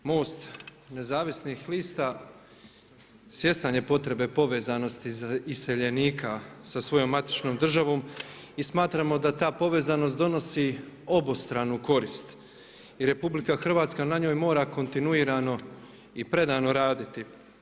MOST Nezavisnih lista svjestan je potrebe povezanosti iseljenika sa svojom matičnom državom i smatramo da ta povezanost povezi obostranu korist i RH na njoj mora kontinuirano i predano raditi.